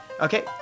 okay